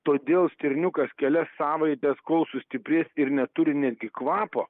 todėl stirniukas kelias savaites kol sustiprės ir neturi net gi kvapo